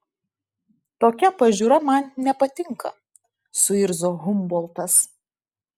tokia pažiūra man nepatinka suirzo humboltas